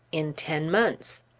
in ten months.